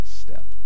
step